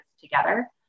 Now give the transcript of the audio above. together